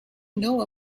know